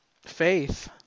Faith